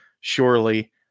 surely